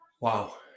Wow